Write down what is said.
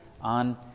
on